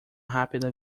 rápida